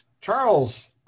Charles